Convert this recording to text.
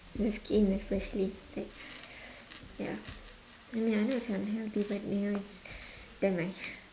the skin especially like ya like I mean I know it's unhealthy but you know it's damn nice